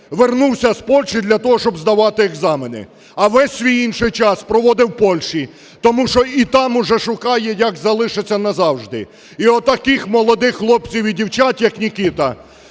вернувся з Польщі для того, щоб здавати екзамени. А весь свій інший час проводив в Польщі, тому що і там уже шукає, як залишиться назавжди. І от таких молодих хлопців і дівчат, як Нікіта,